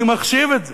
אני מחשיב את זה,